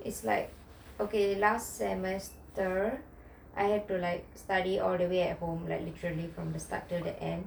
it's like okay last semester I had to like study all the way at home like literally from the start to the end